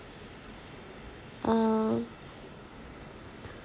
uh